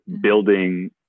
building